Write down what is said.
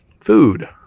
food